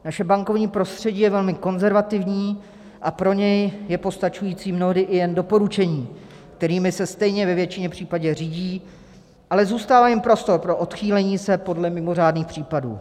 Naše bankovní prostředí je velmi konzervativní a pro ně je postačující mnohdy i jen doporučení, kterými se stejně ve většině případů řídí, ale zůstává jim prostor pro odchýlení se podle mimořádných případů.